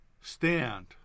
Stand